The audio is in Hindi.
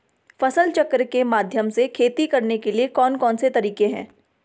फसल चक्र के माध्यम से खेती करने के लिए कौन कौन से तरीके हैं?